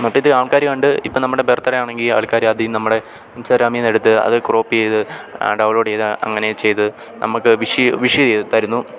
മറ്റേത് ആൾക്കാർ കണ്ട് ഇപ്പം നമ്മുടെ ബെർത്തഡേ ആണെങ്കിൽ ആൾക്കാർ ആദ്യം നമ്മുടെ ഇൻസ്റ്റാഗ്രാമിൽ നിന്നെടുത്ത് അത് ക്രോപ്പ് ചെയ്ത് ഡൗൺലോഡ് ചെയ്താണ് അങ്ങനേ ചെയ്ത് നമുക്ക് വിഷ് വിഷ് ചെയ്ത് തരുന്നു